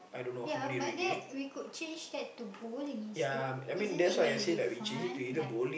ya but that we could change that to bowling instead isn't it going to be fun like